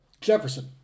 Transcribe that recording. Jefferson